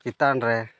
ᱪᱮᱛᱟᱱ ᱨᱮ